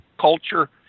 culture